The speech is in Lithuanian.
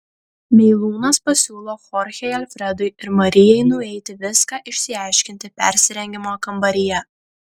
meilūnas pasiūlo chorchei alfredui ir marijai nueiti viską išsiaiškinti persirengimo kambaryje